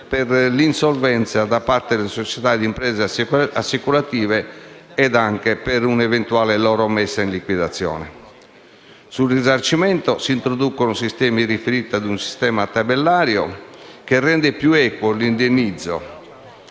per l'insolvenza da parte di società di imprese assicurative e anche per un'eventuale loro messa in liquidazione. Sul risarcimento si introducono sistemi riferiti a un sistema tabellario che rende più equo l'indennizzo.